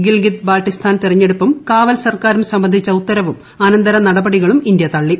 ഗിൽഗിത് ബാൾട്ടിസ്ഥാൻ തെരഞ്ഞെടുപ്പും കാവൽസർക്കാരും സംബന്ധിച്ച് ഉത്തരവും അനന്തരനടപടികളും ഇന്ത്യ തള്ളി